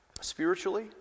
Spiritually